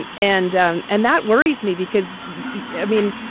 and and um and that worries me because. yeah i mean,